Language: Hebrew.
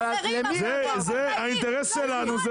זה האינטרס שלנו,